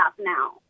now